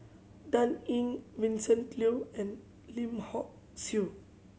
Dan Ying Vincent Leow and Lim Hock Siew